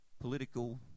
political